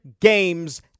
games